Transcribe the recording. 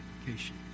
application